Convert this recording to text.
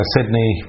Sydney